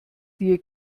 dir